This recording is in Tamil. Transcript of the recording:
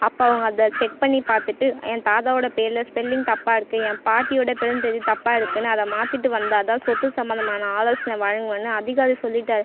அப்போ அவங்க அதை செக் பண்ணிப் பார்த்துட்டு என் தாத்தாவோடய பேரில் ஸ்பெல்லிங் தப்பாக இருக்குது என் பாட்டியோடய பிறந்த தேதி தப்பாக இருக்குதுன்னு அதை மாத்திவிட்டு வந்தால் தான் சொத்து சம்மந்தமான ஆலோசனை வழங்குவேன்னு அதிகாரி சொல்லிவிட்டாரு